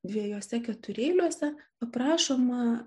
dviejuose ketureiliuose aprašoma